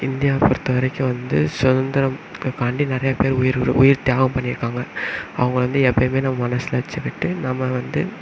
இந்தியாவை பொறுத்தவரைக்கும் வந்து சுதந்திரத்துக்காண்டி நிறைய பேர் உயிர் உட உயிர் தியாகம் பண்ணியிருக்காங்க அவங்கள வந்து எப்பையும் நம்ப மனதில வச்சுக்கிட்டு நம்ம வந்து